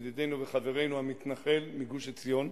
ידידנו וחברנו המתנחל מגוש-עציון,